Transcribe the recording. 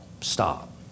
stop